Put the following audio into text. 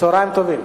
צהריים טובים.